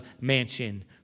mansion